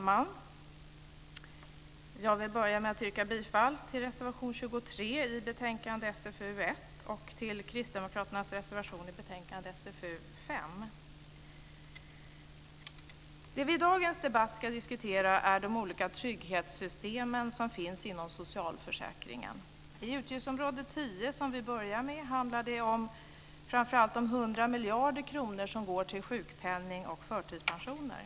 Fru talman! Jag vill börja med att yrka bifall till reservation 23 i betänkandet SfU1 och till kristdemokraternas reservation i betänkandet SfU5. Det vi i dagens debatt ska diskutera är de olika trygghetssystem som finns inom socialförsäkringen. I utgiftsområde 10, som vi börjar med, handlar det framför allt om 100 miljarder kronor som går till sjukpenning och förtidspensioner.